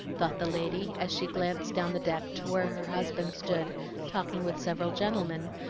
thought the lady as she glanced down the deck to where her husband stood talking with several gentlemen,